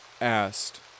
asked